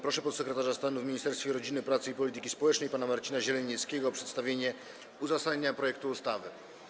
Proszę podsekretarza stanu w Ministerstwie Rodziny, Pracy i Polityki Społecznej pana Marcina Zielenieckiego o przedstawienie uzasadnienia projektu ustawy.